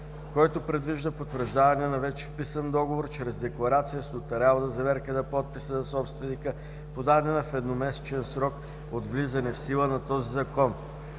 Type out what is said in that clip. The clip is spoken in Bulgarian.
който предвижда потвърждаване на вече вписан договор чрез декларация с нотариална заверка на подписа на собственика, подадена в едномесечен срок от влизане в сила на този Закон.